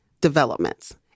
developments